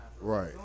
Right